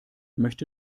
möchte